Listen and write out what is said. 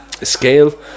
scale